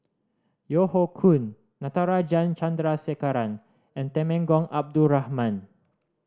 Yeo Hoe Koon Natarajan Chandrasekaran and Temenggong Abdul Rahman